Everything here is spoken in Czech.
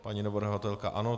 Paní navrhovatelka ano.